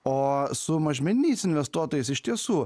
o su mažmeniniais investuotojais iš tiesų